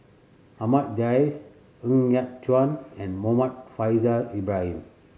Ahmad Jais Ng Yat Chuan and Muhammad Faishal Ibrahim